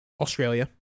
Australia